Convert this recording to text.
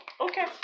Okay